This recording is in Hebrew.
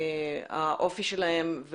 האופי שלהם,